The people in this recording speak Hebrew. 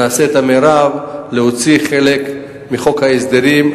נעשה את המרב להוציא חלק מחוק ההסדרים,